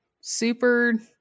super